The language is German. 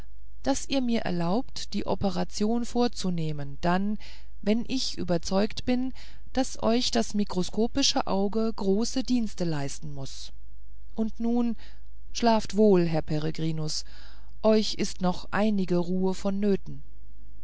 daß ihr mir erlaubt die operation vorzunehmen dann wenn ich überzeugt bin daß euch das mikroskopische auge große dienste leisten muß und nun schlaft wohl herr peregrinus euch ist noch einige ruhe vonnöten